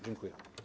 Dziękuję.